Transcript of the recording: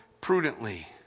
prudently